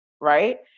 right